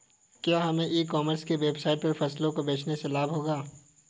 क्या हमें e commerce की वेबसाइट पर फसलों को बेचने से लाभ होगा?